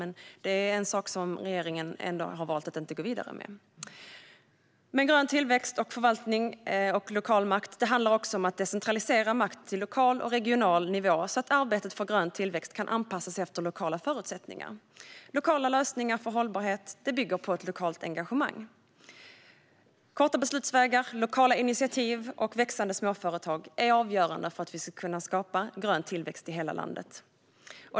Ändå är det något som regeringen har valt att inte gå vidare med. Det handlar också om att decentralisera makt till lokal och regional nivå så att arbetet för grön tillväxt kan anpassas efter lokala förutsättningar. Lokala lösningar för hållbarhet bygger på lokalt engagemang. Korta beslutsvägar, lokala initiativ och växande småföretag är avgörande för att vi ska kunna skapa grön tillväxt i hela landet.